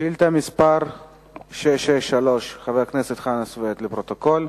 שאילתא מס' 663, של חבר הכנסת סוייד, לפרוטוקול.